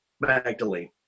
Magdalene